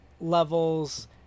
levels